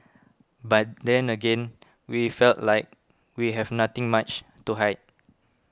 but then again we felt like we have nothing much to hide